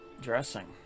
dressing